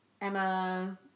Emma